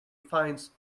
finds